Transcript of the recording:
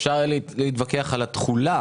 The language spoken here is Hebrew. אפשר להתווכח על התחולה